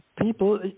people